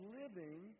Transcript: living